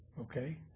Okay